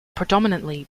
predominantly